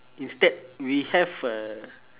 instead we have a